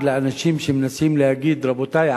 לעג לאנשים שמנסים להגיד: רבותי,